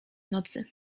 nocy